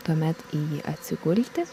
tuomet į jį atsigulti